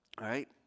right